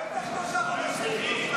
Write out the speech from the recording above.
היית שלושה חודשים.